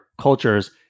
cultures